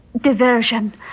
diversion